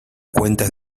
cuentas